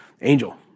Angel